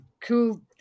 cool